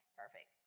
perfect